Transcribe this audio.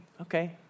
okay